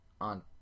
on